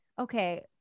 okay